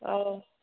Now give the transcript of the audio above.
औ